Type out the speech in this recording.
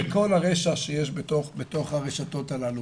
כל הרשע שיש בתוך הרשתות הללו.